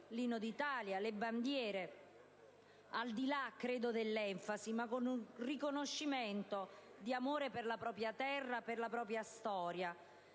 l'Inno d'Italia, le bandiere, al di là dell'enfasi, con un riconoscimento di amore per la propria terra e per la propria storia